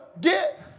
get